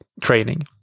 training